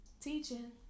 Teaching